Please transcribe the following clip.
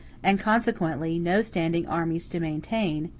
and consequently no standing armies to maintain,